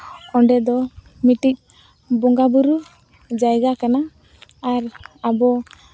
ᱚᱸᱰᱮ ᱫᱚ ᱢᱤᱫᱴᱤᱡ ᱵᱚᱸᱜᱟᱼᱵᱩᱨᱩ ᱡᱟᱭᱜᱟ ᱠᱟᱱᱟ ᱟᱨ ᱟᱵᱚ